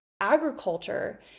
agriculture